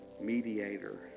mediator